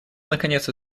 наконец